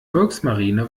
volksmarine